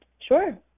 Sure